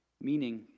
Meaning